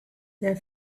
their